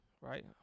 right